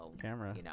camera